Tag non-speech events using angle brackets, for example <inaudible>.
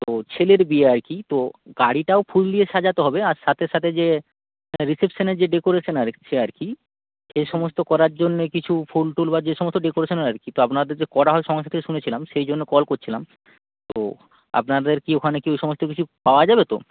তো ছেলের বিয়ে আর কি তো গাড়িটাও ফুল দিয়ে সাজাতে হবে আর সাথে সাথে যে <unintelligible> রিসেপশনের যে ডেকোরেশন আর ছে আর কি সে সমস্ত করার জন্যে কিছু ফুল টুল বা যে সমস্ত ডেকোরেশনের আর কি তো আপনাদের যে করা হয় <unintelligible> থেকে শুনেছিলাম সেই জন্য কল করছিলাম তো আপনাদের কী ওখানে কী ওই সমস্ত কিছু পাওয়া যাবে তো